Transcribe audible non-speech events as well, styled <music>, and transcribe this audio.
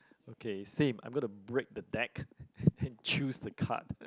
okay same I'm gonna break the deck <breath> and choose the card